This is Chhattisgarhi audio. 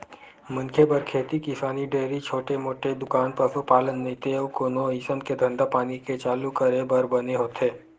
मनखे बर खेती किसानी, डेयरी, छोटे मोटे दुकान, पसुपालन नइते अउ कोनो अइसन के धंधापानी के चालू करे बर बने होथे